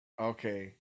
okay